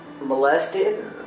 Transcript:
Molested